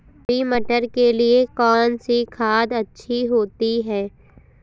हरी मटर के लिए कौन सी खाद अच्छी होती है?